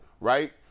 Right